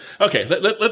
Okay